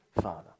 father